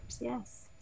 Yes